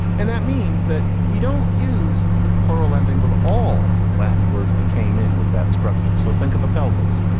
and that means that we don't use the plural ending with all latin words that came in with that structure. so think of a pelvis,